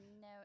No